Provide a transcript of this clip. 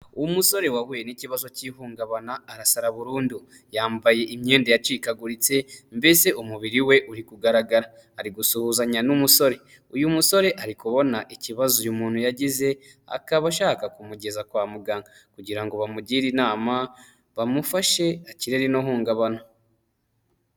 Umusore wahuye n'ikibazo cy'ihungabana arasara burundu, yambaye imyenda yacikaguritse mbese umubiri we uri kugaragara ari gusuhuzanya n'umusore, uyu musore ari kubona ikibazo uyu muntu yagize akaba ashaka kumugeza kwa muganga kugira ngo bamugire inama bamufashe akire rino hungabana.